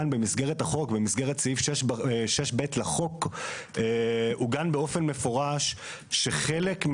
אנו היום 6 שנים אחרי, ודבר לא נעשה.